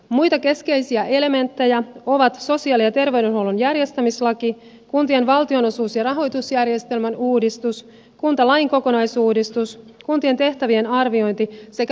muita keskeisiä elementtejä ovat sosiaali ja terveydenhuollon järjestämislaki kuntien valtionosuus ja rahoitusjärjestelmän uudistus kuntalain kokonaisuudistus kuntien tehtävien arviointi sekä metropolialueen ratkaisut